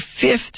fifth